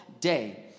day